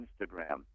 Instagram